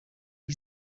die